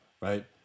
right